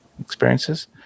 experiences